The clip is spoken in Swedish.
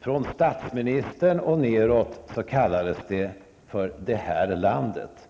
Från statsministern och neråt kallades det för ''det här landet''.